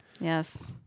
Yes